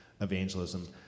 evangelism